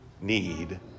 need